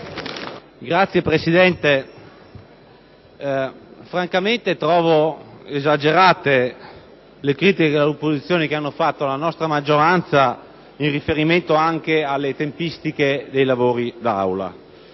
Signor Presidente, francamente trovo esagerate le critiche dell'opposizione alla nostra maggioranza in riferimento anche alle tempistiche dei lavori d'Aula.